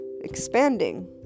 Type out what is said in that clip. expanding